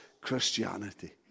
Christianity